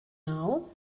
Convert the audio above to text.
now